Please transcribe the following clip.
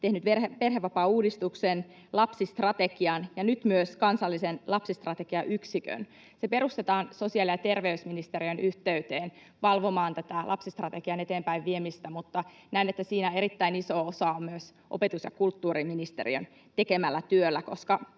tehnyt perhevapaauudistuksen, lapsistrategian ja nyt myös kansallisen lapsistrategiayksikön. Tämä perustetaan sosiaali‑ ja terveysministeriön yhteyteen valvomaan lapsistrategian eteenpäinviemistä, mutta näen, että siinä erittäin iso osa on myös opetus‑ ja kulttuuriministeriön tekemällä työllä,